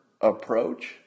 approach